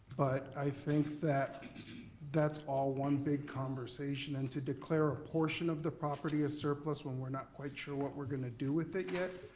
but i think that that's all one big conversation and to declare a portion of the property a surplus when we're not quite sure what we're gonna do with it yet,